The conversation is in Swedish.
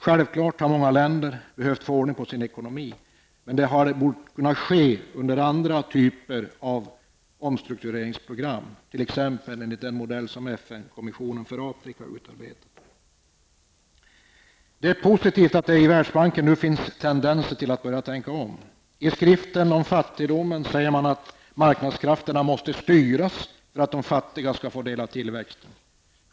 Självklart har många länder behövt få ordning på sin ekonomi, men det borde kunna ske med en annan typ av omstruktureringsprogram, t.ex. enligt den modell som FN-kommissionen för Afrika har utarbetat. Det är positivt att det i Värlsbanken nu finns tendenser till att börja tänka om. I skriften om fattigdomen säger man att marknadskrafterna måste styras för att de fattiga skall få del av tillväxten.